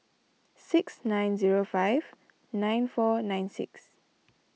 six nine zero five nine four nine six